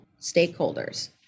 stakeholders